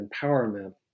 empowerment